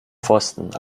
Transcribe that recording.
pfosten